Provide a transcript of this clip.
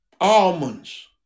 Almonds